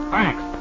Thanks